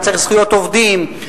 שצריך זכויות עובדים,